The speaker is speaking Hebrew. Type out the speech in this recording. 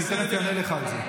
אני תכף אענה לך על זה.